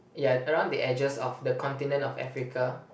ya around the edges of the continent of Africa